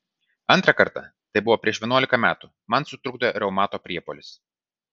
antrą kartą tai buvo prieš vienuolika metų man sutrukdė reumato priepuolis